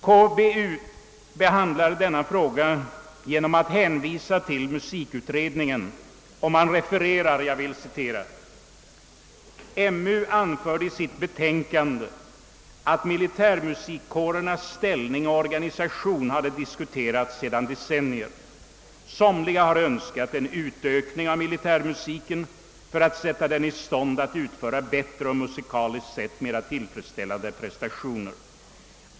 KBU behandlar denna fråga genom att hänvisa till musikutredningen och man refererar: »MU anförde i sitt betänkande att militärmusikkårernas ställning och organisation hade diskuterats sedan decennier: somliga har önskat en utökning av militärmusiken för att sätta den i stånd att utföra bättre och musikaliskt sett mera tillfredsställande prestationer.